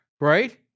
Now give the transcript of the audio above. Right